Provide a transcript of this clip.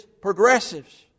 progressives